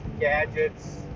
gadgets